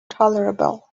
tolerable